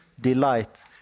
delight